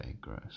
gross